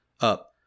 up